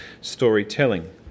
storytelling